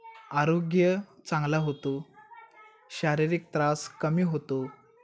आरोग्य चांगला होतो शारीरिक त्रास कमी होतो